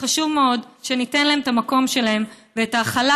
חשוב מאוד שניתן להם את המקום שלהם ואת ההכלה,